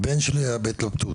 הבן שלי היה בהתלבטות.